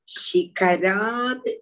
Shikarad